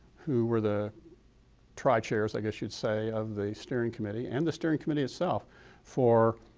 who were the tri-chairs i guess you say, of the steering committee, and the steering committee itself for